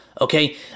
okay